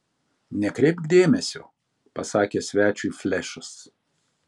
nekreipk dėmesio pasakė svečiui flešas